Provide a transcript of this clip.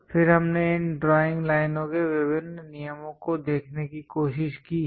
फिर हमने इन ड्राइंग लाइनों के विभिन्न नियमों को देखने की कोशिश की है